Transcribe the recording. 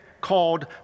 called